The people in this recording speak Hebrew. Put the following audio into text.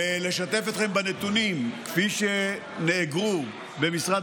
בלשתף אתכם בנתונים כפי שנאגרו במשרד